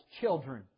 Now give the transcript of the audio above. children